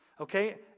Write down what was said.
Okay